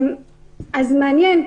אז מעניין,